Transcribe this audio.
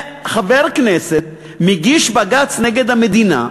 חבר כנסת מגיש בג"ץ נגד המדינה,